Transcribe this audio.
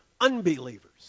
unbelievers